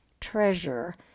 treasure